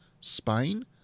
Spain